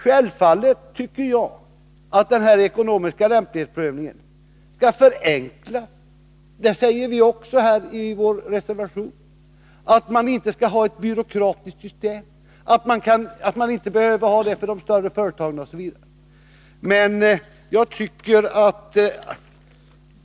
Självfallet tycker jag att den ekonomiska lämplighetsprövningen skall förenklas. Vi säger i vår reservation att man inte skall ha ett byråkratiskt system, att det inte behövs för de större företagen osv.